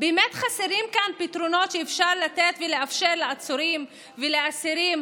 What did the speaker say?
באמת חסרים כאן פתרונות שאפשר לתת ולאפשר לעצורים ולאסירים,